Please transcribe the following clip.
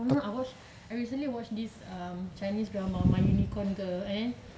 oh you know I watch I recently watch this chinese drama my unicorn girl and then